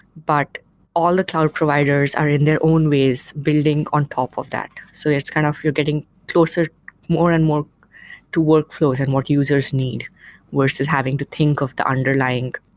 but all the cloud providers are in their own ways building on top of that. so it's kind of you're getting closer more and more to workflows and what users need versus having to think of the underlying